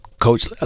Coach